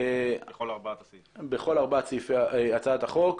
בכל ארבעת סעיפי הצעת החוק.